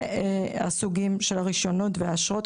והסוגים של הרישיונות והאשרות,